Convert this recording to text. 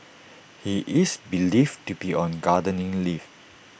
he is believed to be on gardening leave